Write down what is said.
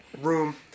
room